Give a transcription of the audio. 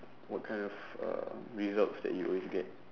what kind of uh results that you always get